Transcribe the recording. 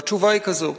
והתשובה היא כזאת.